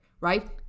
right